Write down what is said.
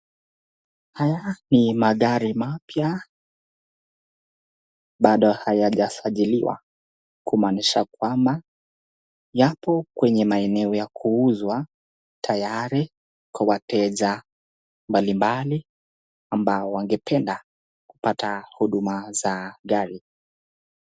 Haya ni magari mapya bado hayajasajiliwa kumaanisha kwamba yapo kwenye maeneo ya kuuzwa tayari kwa wateja mbalimbali ambao wangependa kupata huduma za gari.